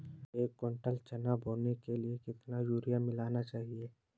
एक कुंटल चना बोने के लिए कितना यूरिया मिलाना चाहिये?